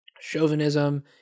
chauvinism